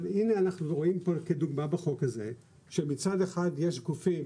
אבל הנה אנחנו רואים כאן כדוגמא בחוק הזה שמצד אחד יש גופים